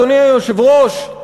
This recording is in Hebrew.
אדוני היושב-ראש,